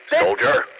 Soldier